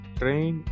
train